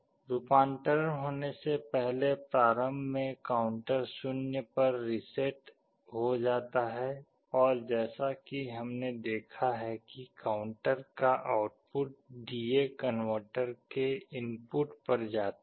रूपांतरण होने से पहले प्रारम्भ में काउंटर 0 पर रीसेट हो जाता है और जैसा कि हमने देखा है कि काउंटर का आउटपुट डी ए कनवर्टर के इनपुट पर जाता है